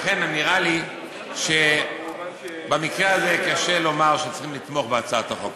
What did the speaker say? לכן נראה לי שבמקרה הזה קשה לומר שצריכים לתמוך בהצעת החוק.